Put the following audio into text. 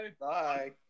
Bye